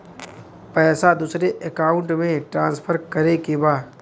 पैसा दूसरे अकाउंट में ट्रांसफर करें के बा?